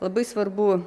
labai svarbu